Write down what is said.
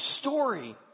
story